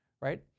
right